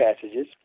passages